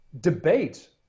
debate